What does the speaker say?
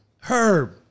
Herb